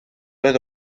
oedd